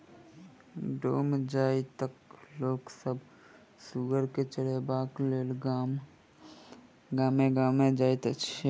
डोम जाइतक लोक सभ सुगर के चरयबाक लेल गामे गाम जाइत छै